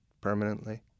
permanently